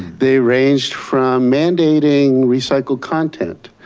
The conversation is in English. they ranged from mandating recycled content,